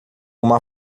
uma